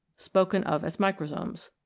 spoken of as microsomes.